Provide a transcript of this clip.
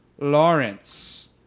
Lawrence